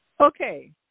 Okay